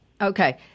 Okay